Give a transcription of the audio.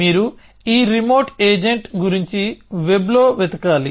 మీరు ఈ remote agent గురించి వెబ్లో వెతకాలి